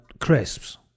crisps